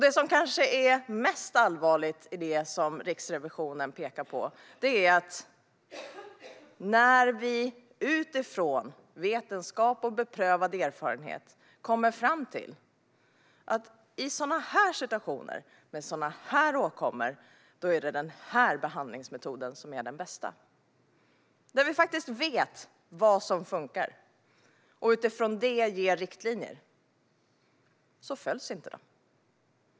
Det som kanske är mest allvarligt i det som Riksrevisionen pekar på är att även när vi utifrån vetenskap och beprövad erfarenhet kommer fram till att i sådana här situationer med sådana här åkommor är det denna behandlingsmetod som är den bästa och när vi faktiskt vet vad som funkar och utifrån det ger riktlinjer följs inte dessa.